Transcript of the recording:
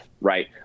right